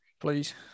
please